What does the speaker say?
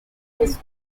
his